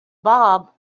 bob